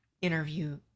interview